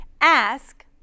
ask